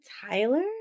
Tyler